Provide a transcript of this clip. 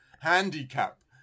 handicap